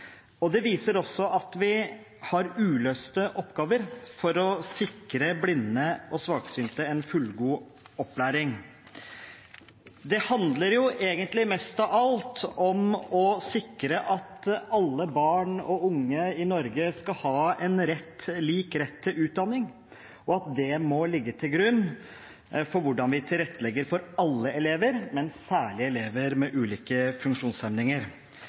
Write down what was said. salen. Det viser også at vi har uløste oppgaver for å sikre blinde og svaksynte fullgod opplæring. Det handler egentlig mest av alt om å sikre at alle barn og unge i Norge skal ha lik rett til utdanning, og at det må ligge til grunn for hvordan vi tilrettelegger for alle elever, men særlig elever med ulike funksjonshemninger.